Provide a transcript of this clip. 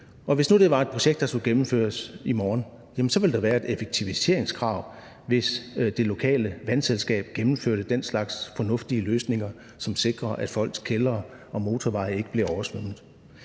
hvis nu det var et projekt, der skulle gennemføres i morgen, jamen så ville der være et effektiviseringskrav, hvis det lokale vandselskab gennemførte den slags fornuftige løsninger, som sikrer, at folks kældre og motorveje ikke bliver oversvømmet.